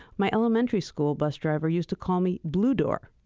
my elementary school bus driver used to call me blue door.